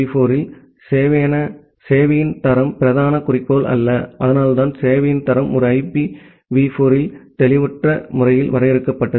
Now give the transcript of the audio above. IPv4 இல் சேவையின் தரம் பிரதான குறிக்கோள் அல்ல அதனால்தான் சேவையின் தரம் ஒரு IPv4 இல் தெளிவற்ற முறையில் வரையறுக்கப்பட்டது